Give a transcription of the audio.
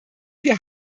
wir